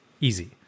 easy